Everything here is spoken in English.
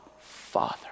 Father